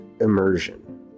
immersion